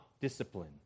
discipline